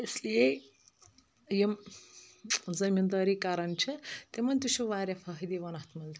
اِسلیے یِم زٔمیٖندٲری کَرَان چھِ تِمَن تہِ چھُ واریاہ فٲہِدٕ یِوان اتھ منٛز